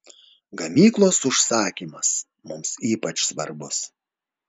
gamyklos užsakymas mums ypač svarbus